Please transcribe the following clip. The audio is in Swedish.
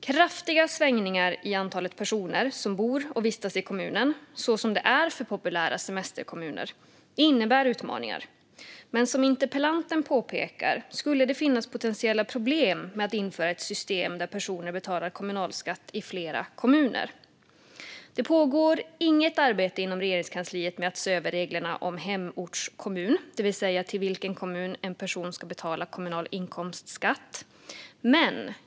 Kraftiga svängningar i antalet personer som bor och vistas i kommunen, så som det är för populära semesterkommuner, innebär utmaningar. Men som interpellanten påpekar skulle det finnas potentiella problem med att införa ett system där personer betalar kommunalskatt i flera kommuner. Det pågår inget arbete inom Regeringskansliet med att se över reglerna om hemortskommun, det vill säga till vilken kommun en person ska betala kommunal inkomstskatt.